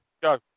Go